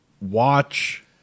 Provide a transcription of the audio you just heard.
watch